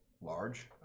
Large